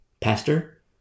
pastor